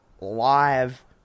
live